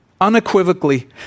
unequivocally